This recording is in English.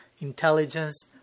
intelligence